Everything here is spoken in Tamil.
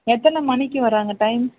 எத்தனை மணிக்கு வராங்க டைம்